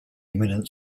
imminent